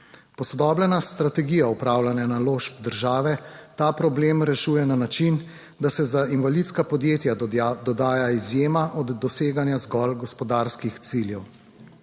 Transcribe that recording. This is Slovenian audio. Posodobljena strategija upravljanja naložb države ta problem rešuje na način, da se za invalidska podjetja dodaja izjema od doseganja zgolj gospodarskih ciljev.